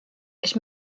ich